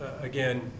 again